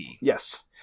Yes